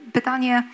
Pytanie